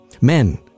Men